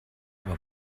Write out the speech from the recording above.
ohr